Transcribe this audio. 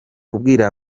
kubwira